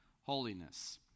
holiness